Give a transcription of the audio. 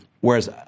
Whereas